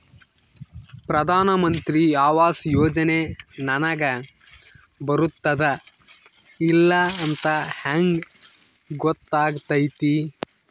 ಪ್ರಧಾನ ಮಂತ್ರಿ ಆವಾಸ್ ಯೋಜನೆ ನನಗ ಬರುತ್ತದ ಇಲ್ಲ ಅಂತ ಹೆಂಗ್ ಗೊತ್ತಾಗತೈತಿ?